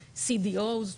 CDO's,